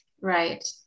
Right